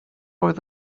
oedd